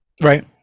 Right